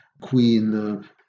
queen